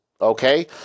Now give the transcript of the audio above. okay